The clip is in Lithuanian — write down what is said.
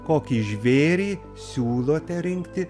kokį žvėrį siūlote rinkti